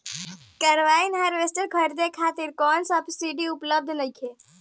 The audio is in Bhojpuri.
कंबाइन हार्वेस्टर खरीदे खातिर कउनो सरकारी सब्सीडी उपलब्ध नइखे?